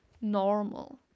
normal